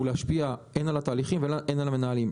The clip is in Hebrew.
להשפיע הן על התהליכים והן על המנהלים.